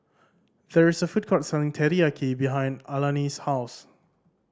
there is a food court selling Teriyaki behind Alani's house